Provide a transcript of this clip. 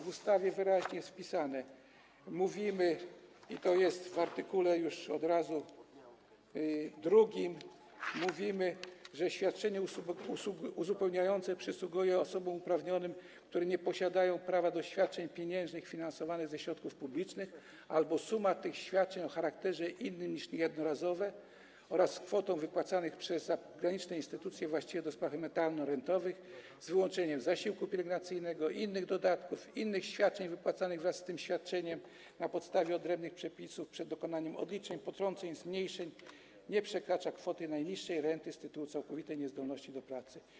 W ustawie wyraźnie jest napisane - to jest art. 2 - że: „Świadczenie uzupełniające przysługuje osobom uprawnionym, które nie posiadają prawa do świadczeń pieniężnych finansowanych ze środków publicznych albo suma tych świadczeń o charakterze innym niż jednorazowe, oraz z kwotą wypłacanych przez zagraniczne instytucje właściwe do spraw emerytalno-rentowych, z wyłączeniem zasiłku pielęgnacyjnego oraz innych dodatków i świadczeń wypłacanych wraz z tymi świadczeniami na podstawie odrębnych przepisów przed dokonaniem odliczeń, potrąceń i zmniejszeń, nie przekracza kwoty najniższej renty z tytuły całkowitej niezdolności do pracy”